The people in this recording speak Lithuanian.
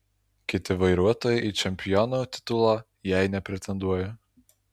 kiti vairuotojai į čempionų titulą jei nepretenduoja